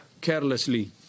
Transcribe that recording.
carelessly